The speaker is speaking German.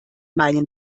meinen